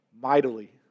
mightily